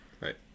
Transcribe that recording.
Right